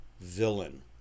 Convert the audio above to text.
villain